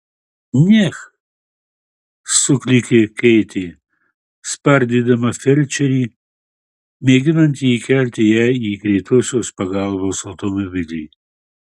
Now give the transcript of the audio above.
neh suklykė keitė spardydama felčerį mėginantį įkelti ją į greitosios pagalbos automobilį